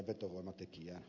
luontoon